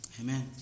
Amen